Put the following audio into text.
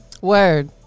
word